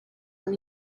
and